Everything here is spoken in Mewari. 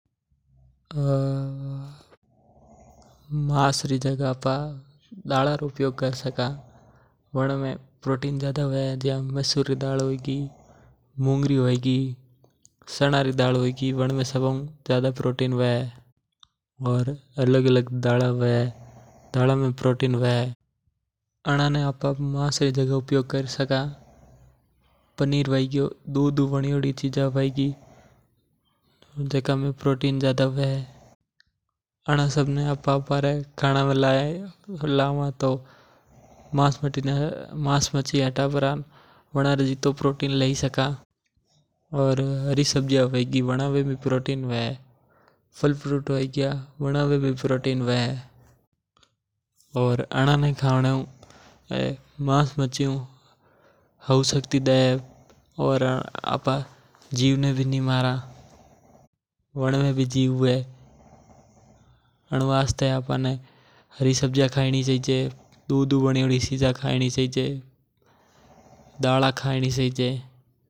मांस री जगह आपा दाला रो उपयोग करी सका वनमं प्रोटीन री मात्रा ज्यादा हवे। जेसै मसूर री दाल है गी चना री है गी मूंग दाल है गी। चना री दाल मे सब कै ज्यादा प्रोटीन हवे और दूध कै वन्योडी चीजा है गी जेसै पनीर वनमं भी ज्यादा प्रोटीन हवे। आण सबने आपा आपरे खाना मे लाव तो मांस मछी ने हटा सका। और हरी सब्जियाँ मे घणो प्रोटीन हवे।